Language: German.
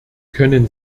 können